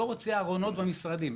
לא רוצה ארונות במשרדים.